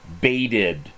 baited